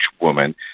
woman